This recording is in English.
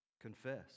confess